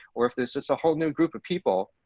or if this is a whole new group of people,